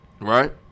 Right